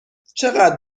چقدر